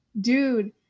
Dude